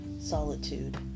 solitude